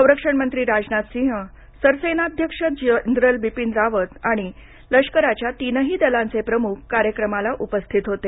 संरक्षण मंत्री राजनाथ सिंग सरसेनाध्यक्ष जनरल बिपीन रावत आणि लष्कराच्या तिनही दलांचे प्रमुख कार्यक्रमाला उपस्थित होते